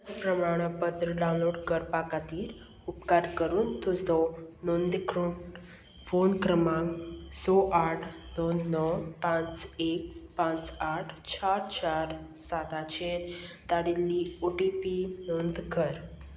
लस प्रमाणपत्र डावनलोड करपा खातीर उपकार करून तुजो नोंदणीकृण फोन क्रमांक स आठ दोन णव पांच एक पांच आठ चार चार साताचे धाडिल्ली ओ टी पी नोंद कर